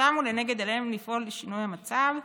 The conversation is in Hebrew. שמו לנגד עיניהם לפעול לשינוי המצב,